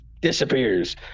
disappears